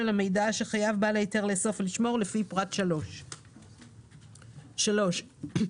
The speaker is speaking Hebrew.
המידע שחייב בעל ההיתר לאסוף ולשמור לפי פרט 3. המבקש